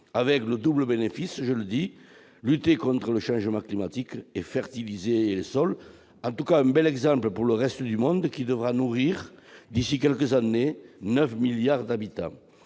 avec un double bénéfice : lutter contre le changement climatique et fertiliser les sols. Ce serait un bel exemple pour le reste du monde, qui devra nourrir d'ici à quelques années 9 milliards d'habitants.